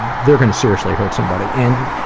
they're going to seriously hurt somebody, and